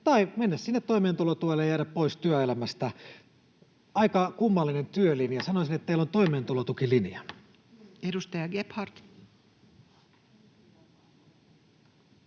tai mennä sinne toimeentulotuelle ja jäädä pois työelämästä. Aika kummallinen työlinja. Sanoisin, että teillä on toimeentulotukilinja. [Speech